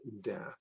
death